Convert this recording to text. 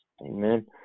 Amen